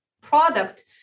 product